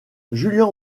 julian